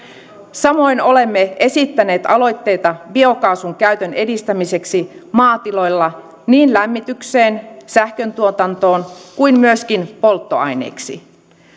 samoin olemme esittäneet aloitteita biokaasun käytön edistämiseksi maatiloilla niin lämmitykseen sähkön tuotantoon kuin myöskin polttoaineeksi